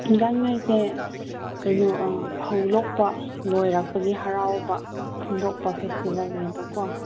ꯒꯥꯡꯉꯥꯏꯁꯦ ꯀꯩꯅꯣ ꯐꯧ ꯂꯣꯛꯄ ꯂꯣꯏꯔꯛꯄꯒꯤ ꯍꯔꯥꯎꯕ ꯐꯣꯡꯗꯣꯛꯄ ꯐꯦꯁꯇꯤꯕꯦꯜꯅꯦꯕꯀꯣ